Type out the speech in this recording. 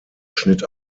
schnitt